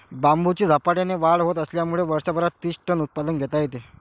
बांबूची झपाट्याने वाढ होत असल्यामुळे वर्षभरात तीस टन उत्पादन घेता येते